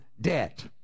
debt